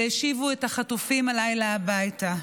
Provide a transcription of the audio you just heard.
והשיבו את החטופים הלילה הביתה.